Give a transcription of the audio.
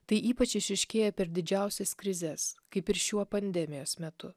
tai ypač išryškėja per didžiausias krizes kaip ir šiuo pandemijos metu